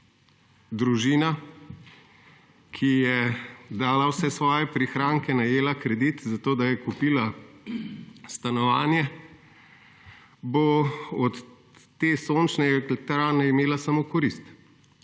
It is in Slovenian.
družina, ki je dala vse svoje prihranke, najela kredit zato, da je kupila stanovanje bo od te sončne elektrarne imela samo korist,